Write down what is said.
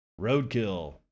Roadkill